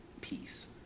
peace